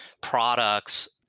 products